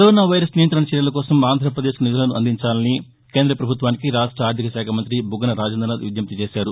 corona virus నియంత్రణ చర్యల కోసం ఆంధ్రపదేశ్కు నిధులను అందించాలని కేంద్ర ప్రభుత్వానికి రాష్ట ఆర్థికశాఖ మంతి బుగ్గన రాజేంద్రనాథ్ విజ్ఞప్తి చేశారు